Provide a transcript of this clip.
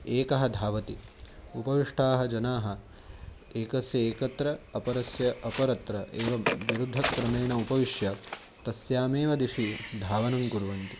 एकः धावति उपविष्टाः जनाः एकस्य एकत्र अपरस्य अपरत्र एवं विरुद्धक्रमेण उपविश्य तस्यामेव दिशि धावनं कुर्वन्ति